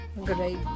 Great